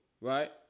right